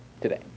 today